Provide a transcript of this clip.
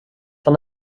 van